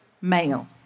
male